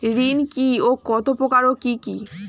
ঋণ কি ও কত প্রকার ও কি কি?